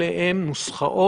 אלו הן נוסחאות